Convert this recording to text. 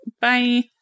Bye